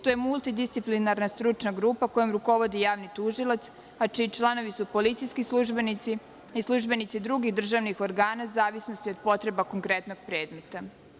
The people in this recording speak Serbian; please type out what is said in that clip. To je multidisciplinarna stručna grupa kojom rukovodi javni tužilac, a čiji članovi su policijski službenici, službenici drugih državnih organa u zavisnosti od potreba konkretnog predmeta.